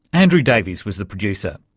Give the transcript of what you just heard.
andrew davies was the producer.